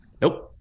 Nope